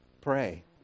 pray